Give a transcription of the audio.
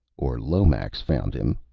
or lomax found him!